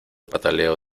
pataleo